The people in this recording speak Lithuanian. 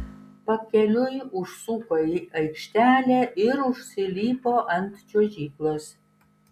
pakeliui užsuko į aikštelę ir užsilipo ant čiuožyklos